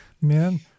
men